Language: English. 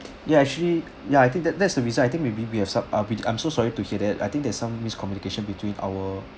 ya actually ya I think that that's the reason I think maybe we have some ah which I'm so sorry to hear that I think there's some miscommunication between our